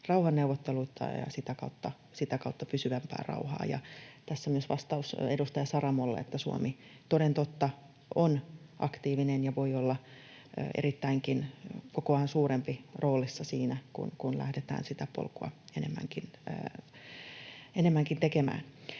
rauhanneuvotteluita ja sitä kautta pysyvämpää rauhaan. Tässä myös vastaus edustaja Saramolle, että Suomi, toden totta, on aktiivinen ja voi olla erittäinkin kokoaan suurempi roolissa siinä, kun lähdetään sitä polkua enemmänkin tekemään.